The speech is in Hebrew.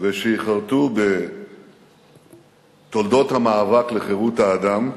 ושייחרתו בתולדות המאבק לחירות האדם,